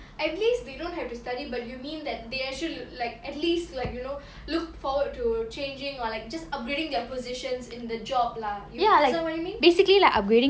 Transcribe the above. at least they don't have to study but you mean that they actually like at least like you know look forward to changing or like just upgrading their positions in the job lah is that what you mean